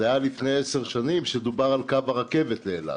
זה היה לפני עשר שנים כשדובר על קו הרכבת לאילת,